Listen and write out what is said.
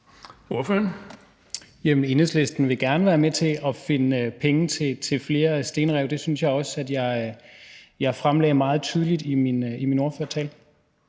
Jamen Enhedslisten vil gerne være med til at finde penge til flere stenrev. Det synes jeg også jeg fremlagde meget tydeligt i min ordførertale.